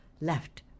Left